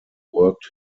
worked